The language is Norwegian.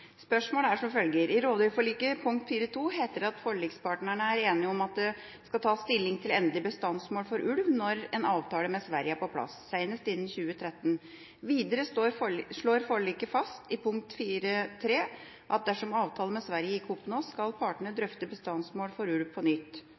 Spørsmålet er som følger: «I rovdyrforliket pkt. 4.2 heter det: «Forlikspartnerne er enige om at det skal tas stilling til endelig bestandsmål for ulv når en avtale med Sverige er på plass, senest innen 2013.» Videre slår forliket fast i pkt. 4.3: «Dersom avtale med Sverige ikke oppnås, skal partene